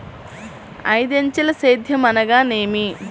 ఐదంచెల సేద్యం అనగా నేమి?